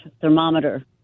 thermometer